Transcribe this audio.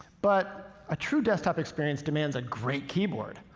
but a true desktop experience demands a great keyboard.